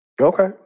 Okay